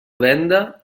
venda